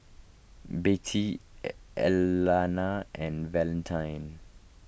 Bettye Elana and Valentine